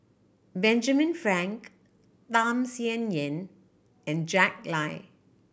Benjamin Frank Tham Sien Yen and Jack Lai